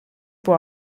può